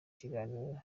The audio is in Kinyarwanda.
kiganiro